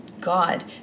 God